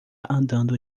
andando